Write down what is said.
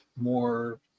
more